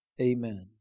Amen